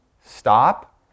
stop